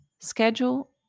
Schedule